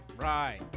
Right